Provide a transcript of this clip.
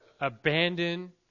abandon